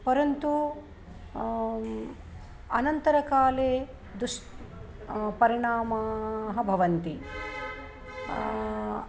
परन्तु अनन्तरकाले दुश् परिणामाः भवन्ति